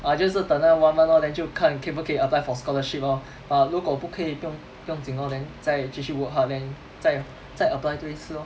ah 就是等那个 one month lor then 就看可不可以 apply for scholarship lor err 如果不可以不用不用紧 lor then 再继续 work hard then 再再 apply 多一次 lor